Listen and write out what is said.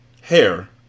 Hair